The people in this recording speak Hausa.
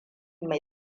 mai